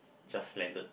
just landed